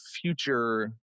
future